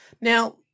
Now